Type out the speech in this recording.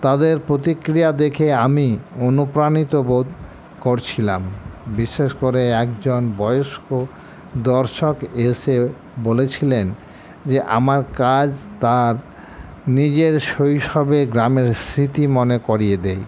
তাদের প্রতিক্রিয়া দেখে আমি অনুপ্রাণিত বোধ করছিলাম বিশেষ করে একজন বয়স্ক দর্শক এসে বলেছিলেন যে আমার কাজ তার নিজের শৈশবে গ্রামের স্মৃতি মনে করিয়ে দেয়